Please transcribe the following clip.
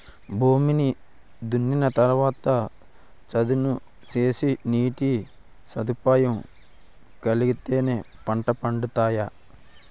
భూమిని దున్నిన తరవాత చదును సేసి నీటి సదుపాయం కలిగిత్తేనే పంటలు పండతాయి